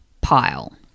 pile